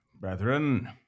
brethren